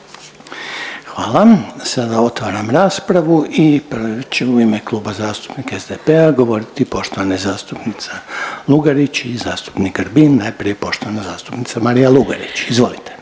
Hvala. Sada otvaram raspravu i prvi će u ime Kluba zastupnika SDP-a govoriti poštovana zastupnica Lugarić i zastupnik Grbin, najprije poštovana zastupnica Marija Lugarić, izvolite.